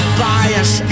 bias